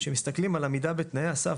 שמסתכלים על עמידה בתנאי הסף,